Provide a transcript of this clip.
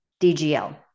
DGL